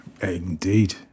Indeed